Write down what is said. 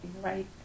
Right